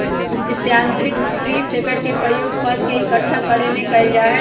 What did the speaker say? यांत्रिक tree shaker के प्रयोग फल के इक्कठा करे में कइल जाहई